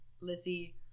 Lizzie